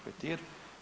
Petir.